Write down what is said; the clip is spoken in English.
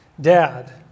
Dad